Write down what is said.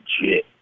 legit